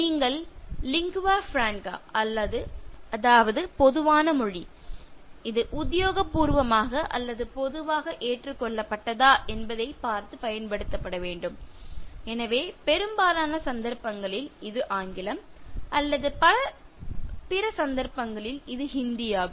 நீங்கள் lingua franca அதாவது பொதுவான மொழி இது உத்தியோகபூர்வமாக அல்லது பொதுவாக ஏற்றுக்கொள்ளப்பட்டதா என்பதைப் பார்த்து பயன்படுத்த வேண்டும் எனவே பெரும்பாலான சந்தர்ப்பங்களில் இது ஆங்கிலம் அல்லது பிற சந்தர்ப்பங்களில் இது இந்தி ஆகும்